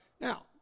now